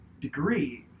degree